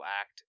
act